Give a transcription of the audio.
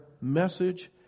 message